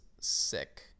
sick